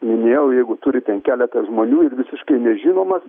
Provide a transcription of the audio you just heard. minėjau jeigu turi ten keletą žmonių ir visiškai nežinomas